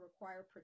require